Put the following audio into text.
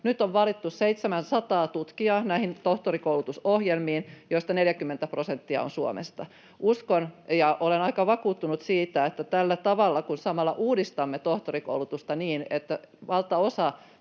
on valittu 700 tutkijaa, joista 40 prosenttia on Suomesta. Uskon ja olen aika vakuuttunut siitä, että kun samalla uudistamme tohtorikoulutusta niin, että valtaosa